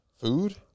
Food